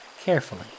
carefully